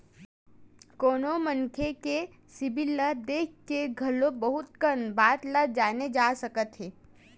कोनो मनखे के सिबिल ल देख के घलो बहुत कन बात ल जाने जा सकत हे